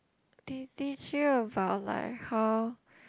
they teach you about like how